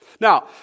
Now